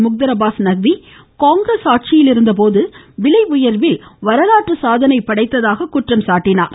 முக்தர் அப்பாஸ் நக்வி காங்கிரஸ் ஆட்சியில் இருந்தபோது விலை உயர்வில் வரலாற்று சாதனை படைத்ததாக குற்றம் சாட்டினார்